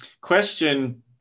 question